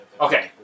Okay